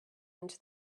into